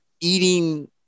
eating